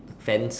fence